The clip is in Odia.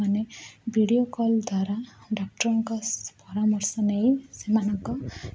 ମାନେ ଭିଡ଼ିଓ କଲ୍ ଦ୍ୱାରା ଡାକ୍ତରଙ୍କ ପରାମର୍ଶ ନେଇ ସେମାନଙ୍କ